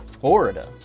Florida